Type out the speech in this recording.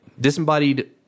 disembodied